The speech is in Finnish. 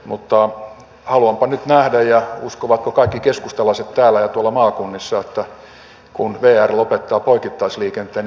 mutta haluanpa nyt nähdä ja uskovatko kaikki keskustalaiset täällä ja tuolla maakunnissa siihen että kun vr lopettaa poikittaisliikenteen niin palvelu tulee paranemaan